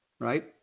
Right